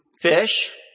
fish